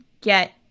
get